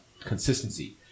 consistency